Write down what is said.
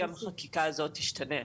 גם החקיקה הזאת תשתנה.